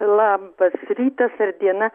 labas rytas ir diena